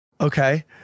Okay